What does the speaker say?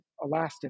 elastin